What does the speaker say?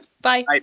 bye